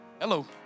Hello